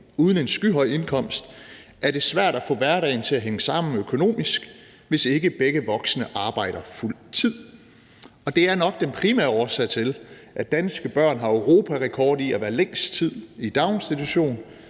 uden en skyhøj indkomst er det svært at få hverdagen til at hænge sammen økonomisk, hvis ikke begge voksne arbejder fuld tid, og det er nok den primære årsag til, at danske børn har europarekord i at være længst tid i daginstitution,